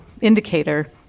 indicator